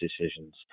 decisions